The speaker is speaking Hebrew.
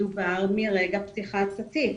מדובר מרגע פתיחת התיק.